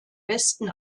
westen